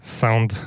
sound